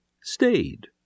stayed